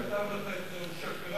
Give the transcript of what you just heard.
מי שכתב לך את זה הוא שקרן